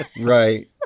Right